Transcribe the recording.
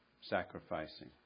Sacrificing